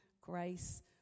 grace